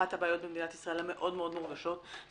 אחת הבעיות במדינת ישראל המאוד-מאוד מורגשות זה